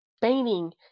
painting